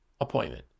appointment